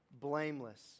blameless